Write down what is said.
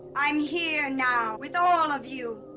i'm here now with all of you